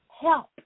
help